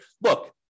look